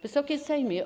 Wysoki Sejmie!